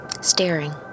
Staring